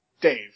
Dave